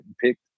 picked